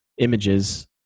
Images